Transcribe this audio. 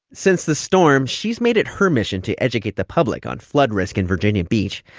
since the storm, she's made it her mission to educate the public on flood risk in virginia beach,